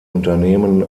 unternehmen